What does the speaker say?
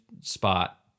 spot